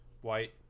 white